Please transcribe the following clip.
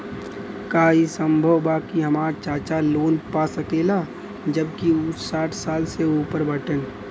का ई संभव बा कि हमार चाचा लोन पा सकेला जबकि उ साठ साल से ऊपर बाटन?